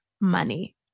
money